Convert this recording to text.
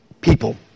people